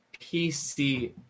PC